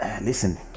Listen